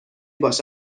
باش